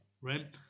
right